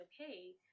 okay